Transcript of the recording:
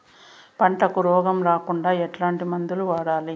పంటకు రోగం రాకుండా ఎట్లాంటి మందులు వాడాలి?